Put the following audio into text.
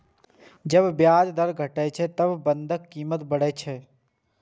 जब ब्याज दर घटै छै, ते बांडक कीमत बढ़ै छै